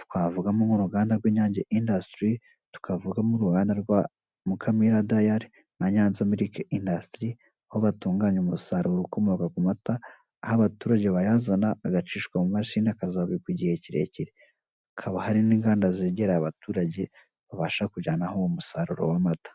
,twavugamo nk'uruganda rw'inyange indasitiri(inyange industry) tukavugamo uruganda rwa Mukamira dayari na Nyanza miriki indasitiri (Nyanza milk industry) ,aho batunganya umusaruro ukomoka ku mata, aho abaturage bayazana agacishwa mu mashini akazabikwa igihe kirekire. Hakaba hari n'inganda zegera abaturage babasha kujyanaho uwo musaruro wa mata.